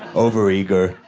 over-eager,